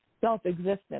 self-existent